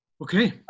okay